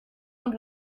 und